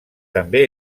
també